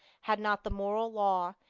had not the moral law,